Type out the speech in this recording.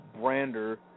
brander